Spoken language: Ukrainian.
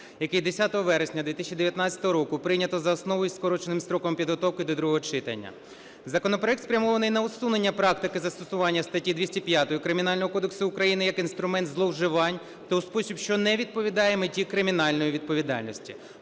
який 10 вересня 2019 року прийнято за основу із скороченим строком підготовки до другого читання. Законопроект спрямований на усунення практики застосування статті 205 Кримінального кодексу України як інструмент зловживань та у спосіб, що не відповідає меті кримінальної відповідальності.